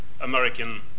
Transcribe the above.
American